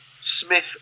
Smith